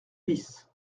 bis